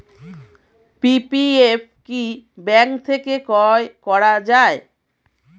PPF কি bank থেকে ক্রয় করা যায়?